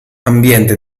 ambiente